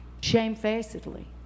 Shamefacedly